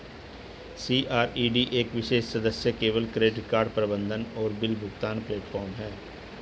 CRED एक विशेष सदस्य केवल क्रेडिट कार्ड प्रबंधन और बिल भुगतान प्लेटफ़ॉर्म है